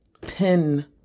pin